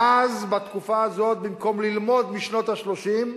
ואז, בתקופה הזאת, במקום ללמוד משנות ה-30,